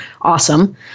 awesome